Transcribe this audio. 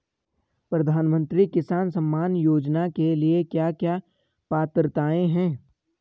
प्रधानमंत्री किसान सम्मान योजना के लिए क्या क्या पात्रताऐं हैं?